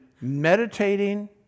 meditating